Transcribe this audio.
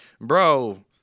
bro